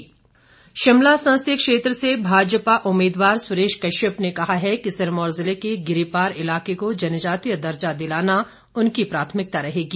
सुरेश कश्यप शिमला संसदीय क्षेत्र से भाजपा उम्मीदवार सुरेश कश्यप ने कहा है कि सिरमौर जिले के गिरिपार इलाके को जनजातीय दर्जा दिलाना उनकी प्राथमिकता रहेगी